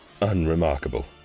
unremarkable